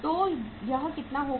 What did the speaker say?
तो यह कितना होगा